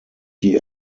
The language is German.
die